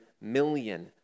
million